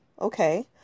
Okay